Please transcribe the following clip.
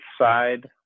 side